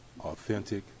authentic